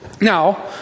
Now